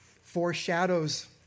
foreshadows